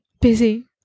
busy